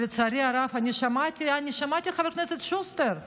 לצערי הרב, אני שמעתי את חבר הכנסת שוסטר בשבת,